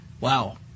Wow